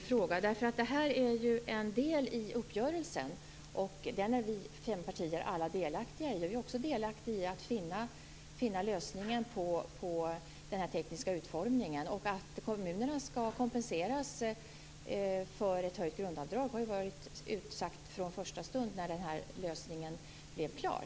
Fru talman! Det här är en del i uppgörelsen. Den är vi fem partier alla delaktiga i. Vi är också delaktiga i att finna lösningen på den tekniska utformningen. Att kommunerna skall kompenseras för ett höjt grundavdrag har varit utsagt från första stund när den här lösningen blev klar.